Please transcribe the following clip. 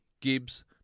Gibbs